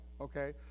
okay